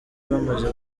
bamaze